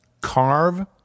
Carve